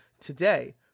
Today